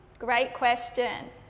great question.